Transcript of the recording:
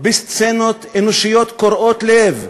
לסצנות אנושיות קורעות לב,